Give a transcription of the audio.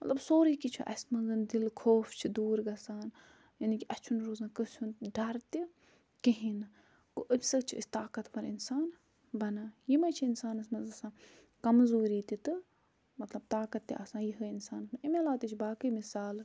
مطلب سورٕے کیٚنٛہہ چھُ اسہِ منٛز دِلُک خوف چھُ دوٗر گژھان یعنی کہ اسہِ چھُنہٕ روزان کانٛسہِ ہُنٛد ڈَر تہِ کِہیٖنۍ نہٕ گوٚو اَمہِ سۭتۍ چھِ أسۍ طاقَتوَر اِنسان بنان یِمٕے چھِ اِنسانَس منٛز آسان کمزوٗری تہِ تہٕ مطلب طاقَت تہِ آسان یِہٲے اِنسانَس منٛز اَمہِ علاوٕ تہِ چھِ باقٕے مِثالہٕ